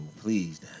please